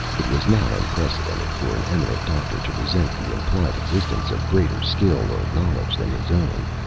it was not unprecedented for an eminent doctor to resent the implied existence of greater skill or knowledge than his own.